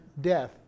death